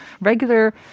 regular